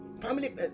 Family